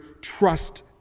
trust